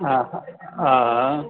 हा हा हा हा